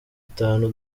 itanu